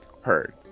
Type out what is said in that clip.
heard